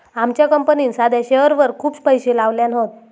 आमच्या कंपनीन साध्या शेअरवर खूप पैशे लायल्यान हत